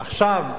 עכשיו,